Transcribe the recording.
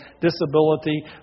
disability